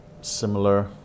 similar